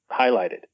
highlighted